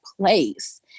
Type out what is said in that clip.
place